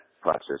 process